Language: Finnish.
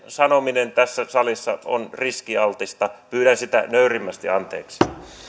sanominen tässä salissa on riskialtista pyydän sitä nöyrimmästi anteeksi